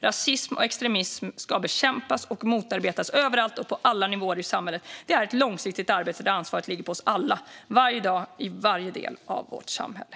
Rasism och extremism ska bekämpas och motarbetas överallt och på alla nivåer i samhället. Det är ett långsiktigt arbete där ansvaret ligger på oss alla - varje dag i varje del av vårt samhälle.